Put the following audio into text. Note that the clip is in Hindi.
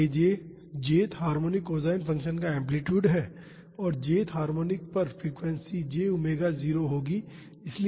तो यह aj jth harmonic cosine function का एम्पलीटूड है और jth हार्मोनिक पर फ्रीक्वेंसी j ओमेगा 0 होगी